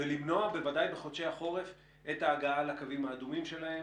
ולמנוע בוודאי בחודשי החורף את ההגעה לקווים האדומים שלהם.